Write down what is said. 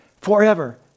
forever